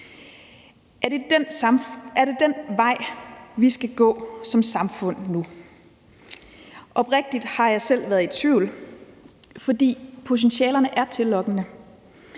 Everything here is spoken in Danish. Er det den vej, vi skal gå som samfund nu? Oprigtigt talt har jeg selv været i tvivl, for potentialerne er tillokkende.